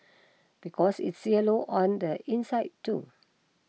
because it's yellow on the inside too